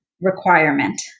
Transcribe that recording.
requirement